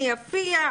יפיע,